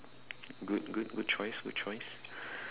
good good good choice good choice